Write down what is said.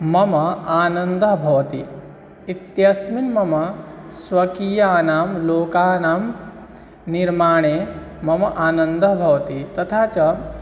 मम आनन्दः भवति इत्यस्मिन् मम स्वकीयानां लोकानां निर्माणे मम आनन्दः भवति तथा च